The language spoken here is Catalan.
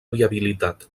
viabilitat